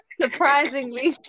Surprisingly